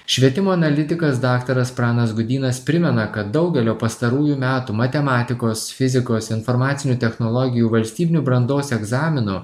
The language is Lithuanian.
švietimo analitikas daktaras pranas gudynas primena kad daugelio pastarųjų metų matematikos fizikos informacinių technologijų valstybinių brandos egzaminų